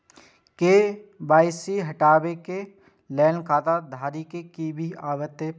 KYC हटाबै के लैल खाता धारी के भी आबे परतै?